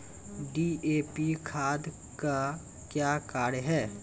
DAP खाद का क्या कार्य हैं?